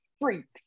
freaks